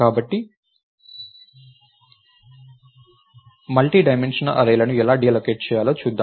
కాబట్టి మల్టీడైమెన్షనల్ అర్రేల ను ఎలా డీఅల్లోకేట్ చేయాలో చూద్దాం